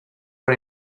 con